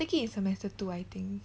take it in semester two I think